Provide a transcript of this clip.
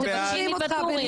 אופיר,